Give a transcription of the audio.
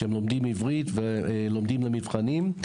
שלומדים עברית ולומדים למבחנים.